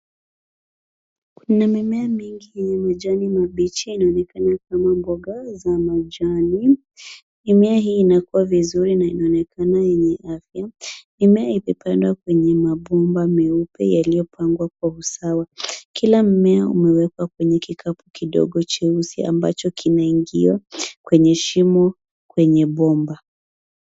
Kuna mimea mengi wenye majani mabichi inaonekana kama mboga za majini. Mimea hii inakuwa vizuri na inaonekana yenye afya. Mimea imependwa kwenye mabomba meupe yaliyopangwa kwa usawa. Kila mmea unaweka kwenye kikapu kidogo cheusi ambacho kinaingia kwenye shimo kwenye bomba.